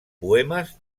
poemes